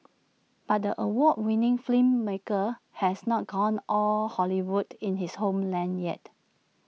but the award winning filmmaker has not gone all Hollywood in his homeland yet